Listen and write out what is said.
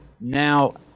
Now